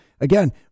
again